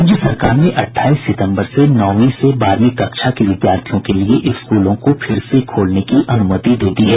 राज्य सरकार ने अट्ठाईस सितम्बर से नौवीं से बारहवीं कक्षा के विद्यार्थियों के लिए स्कूलों को फिर से खोलने की अनुमति दे दी है